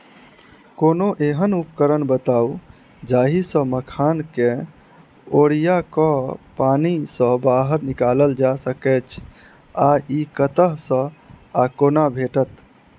कोनों एहन उपकरण बताऊ जाहि सऽ मखान केँ ओरिया कऽ पानि सऽ बाहर निकालल जा सकैच्छ आ इ कतह सऽ आ कोना भेटत?